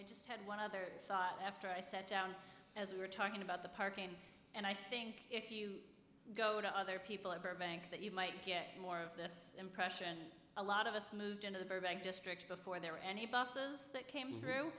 were just had one other thought after i sat down as we were talking about the parking and i think if you go to other people at burbank that you might get more of this impression a lot of us moved into the burbank district before there were any buses that came through